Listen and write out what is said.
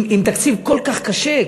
עם תקציב כל כך קשה,